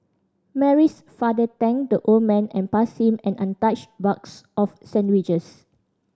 Mary's father thanked the old man and passed him an untouched box of sandwiches